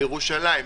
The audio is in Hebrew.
בירושלים,